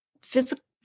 physical